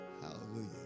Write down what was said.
Hallelujah